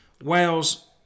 Wales